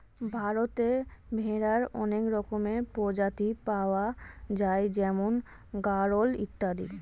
ভারতে ভেড়ার অনেক রকমের প্রজাতি পাওয়া যায় যেমন গাড়ল ইত্যাদি